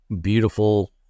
beautiful